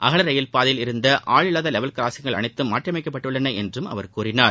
அகல ரயில்பாதையில் இருந்த ஆள் இல்லாத லெவல் கிராஸிங்குகள் அனைத்தும் மாற்றியமைக்கப்பட்டுள்ளன என்றும் அவர் கூறினார்